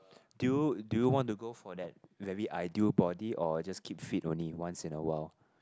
do you do you want to go for that very ideal body or just keep fit only once in a while